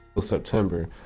September